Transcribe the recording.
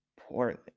Portland